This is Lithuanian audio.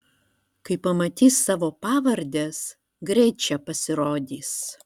kai pamatys savo pavardes greit čia pasirodys